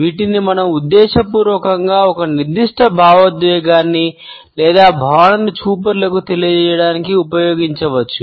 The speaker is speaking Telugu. వీటిని మనం ఉద్దేశపూర్వకంగా ఒక నిర్దిష్ట భావోద్వేగాన్ని లేదా భావనను చూపరులకు తెలియజేయడానికి ఉపయోగించవచ్చు